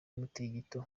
mutingito